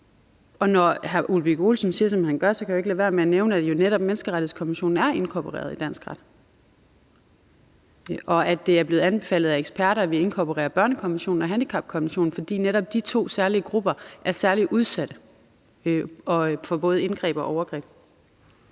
Ole Birk Olesen siger, som han gør, kan jeg ikke lade være med at nævne, at netop menneskerettighedskonventionen jo er inkorporeret i dansk ret, og at det er blevet anbefalet af eksperter, at vi inkorporerer børnekonventionen og handicapkonventionen, fordi netop de to grupper er særlig udsatte for både indgreb og overgreb.